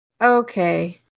Okay